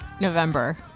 november